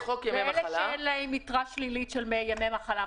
ואלה שאין להם יתרה של ימי מחלה?